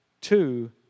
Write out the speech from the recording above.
Two